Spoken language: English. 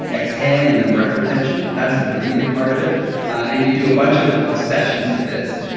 exhaling and then breath retention. that's the breathing part of it and you do a bunch of of sessions of this.